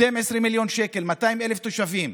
12 מיליון שקל, 200,000 תושבים.